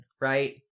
right